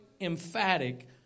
emphatic